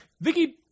Vicky